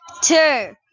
two